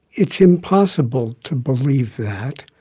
it's impossible to believe that